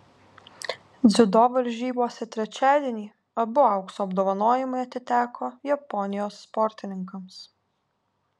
dziudo varžybose trečiadienį abu aukso apdovanojimai atiteko japonijos sportininkams